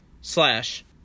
slash